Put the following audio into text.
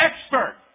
expert